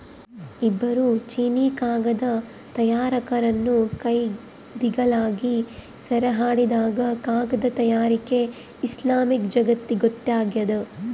ಇಬ್ಬರು ಚೀನೀಕಾಗದ ತಯಾರಕರನ್ನು ಕೈದಿಗಳಾಗಿ ಸೆರೆಹಿಡಿದಾಗ ಕಾಗದ ತಯಾರಿಕೆ ಇಸ್ಲಾಮಿಕ್ ಜಗತ್ತಿಗೊತ್ತಾಗ್ಯದ